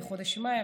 בחודש מאי,